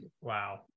wow